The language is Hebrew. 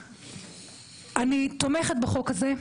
אני תומכת בחוק הזה.